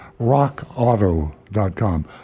rockauto.com